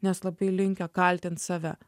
nes labai linkę kaltint save